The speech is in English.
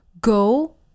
Go